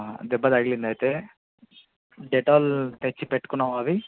దెబ్బ తగిలిందా అయితే డెటాల్ తెచ్చిపెట్టుకున్నావా అవి